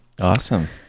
awesome